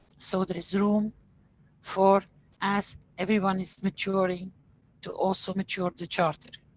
so there is room for as everyone is maturing to also mature the charter.